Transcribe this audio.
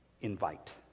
invite